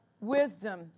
wisdom